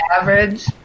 Average